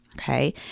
Okay